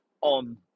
on